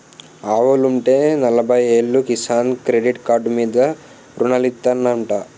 ఆవులుంటే నలబయ్యేలు కిసాన్ credit card మీద రుణాలిత్తనారంటా